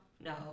No